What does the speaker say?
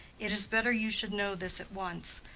it is better you should know this at once,